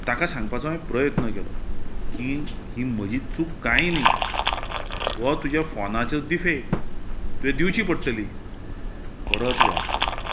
ताका सांगपाचो हांवे प्रयत्न केलो की म्हजी चूक काय न्ही हो तुज्या फोनाचो दिफेक्त ती दिवची पडटली परत वाद जालो